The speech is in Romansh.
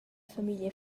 famiglia